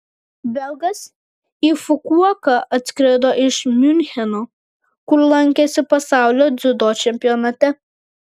belgas į fukuoką atskrido iš miuncheno kur lankėsi pasaulio dziudo čempionate